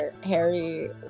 Harry